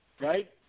right